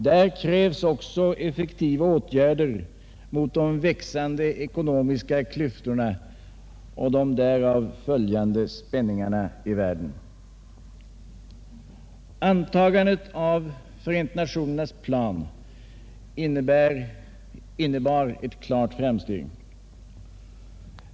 Där krävs också effektiva åtgärder mot de växande ekonomiska klyftorna och de därav följande spänningarna i världen. Antagandet av Förenta nationernas plan innebar ett klart framsteg.